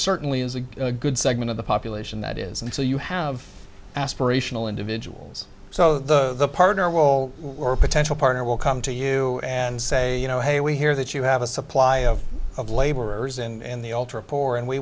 certainly is a good segment of the population that is and so you have aspirational individuals so the partner will or a potential partner will come to you and say you know hey we hear that you have a supply of of laborers and the ultra poor and we